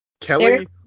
Kelly